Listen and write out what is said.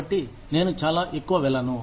కాబట్టి నేను చాలా ఎక్కువ వెళ్ళను